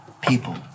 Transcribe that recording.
people